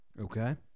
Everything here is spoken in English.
Okay